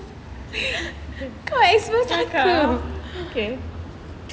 okay